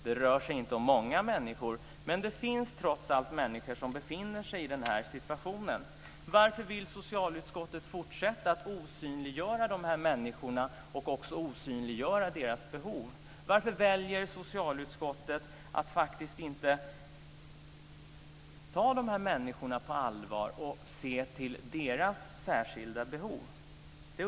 Det rör sig inte om många människor, men det finns trots allt människor som befinner sig i den situationen. Varför vill socialutskottet fortsätta att osynliggöra dessa människor och deras behov? Varför väljer socialutskottet att faktiskt inte ta människorna på allvar och se till deras särskilda behov?